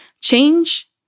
Change